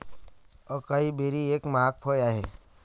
acai berry एक महाग फळ आहे